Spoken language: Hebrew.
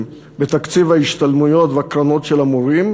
בתקציב ההשתלמויות והקרנות של המורים,